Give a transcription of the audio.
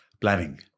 planning